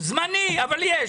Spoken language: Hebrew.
זמני, אבל יש.